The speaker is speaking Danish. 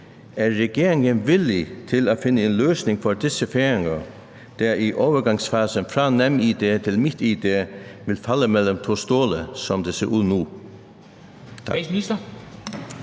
Er regeringen villig til at finde en løsning på problemet for disse færinger, som i overgangsfasen fra NemID til MitID vil falde mellem to stole, som det ser ud nu?